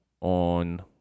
on